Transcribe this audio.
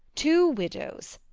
two widows,